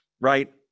right